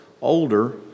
older